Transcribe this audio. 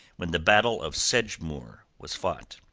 when the battle of sedgemoor was fought.